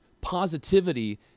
positivity